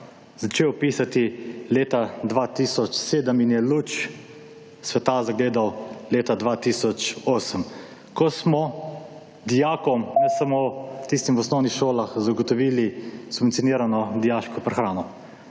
začel pisati leta 2007 in je luč sveta zagledal leta 2008, ko smo dijakom, ne samo tistim v osnovnih šolah, zagotovili subvencionirano dijaško prehrano,